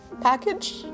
package